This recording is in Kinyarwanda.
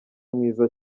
mwiza